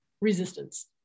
resistance